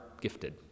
gifted